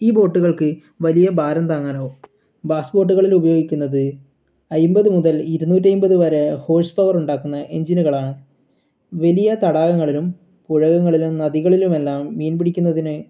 ഈ ബോട്ടുകൾക്ക് വലിയ ഭാരം താങ്ങാനോ ബാസ് ബോട്ടുകളിലുപയോഗിക്കുന്നത് അൻപത് മുതൽ ഇരുന്നൂറ്റീയൻപത് വരെ ഹോഴ്സ് പവർ ഉണ്ടാക്കുന്ന എഞ്ചിനുകളാണ് വലിയ തടാകങ്ങളിലും പുഴകളിലും നദികളിലുമെല്ലാം മീൻപിടിക്കുന്നതിന്